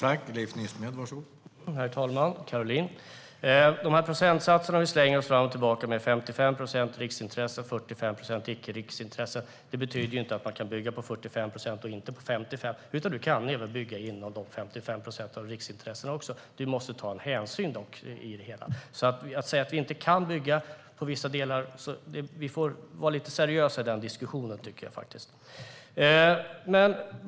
Herr talman! Caroline! De procentsatser som vi slänger oss fram och tillbaka med - 55 procent riksintresse och 45 procent icke riksintresse - betyder inte att man kan bygga på 45 procent och inte bygga på 55 procent. Man kan även bygga inom de 55 procenten riksintresse. Man måste dock ta hänsyn i det hela. Vi ska inte säga att man inte kan bygga i vissa delar, utan vi får vara lite seriösa i diskussionen.